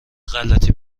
غلتی